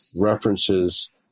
references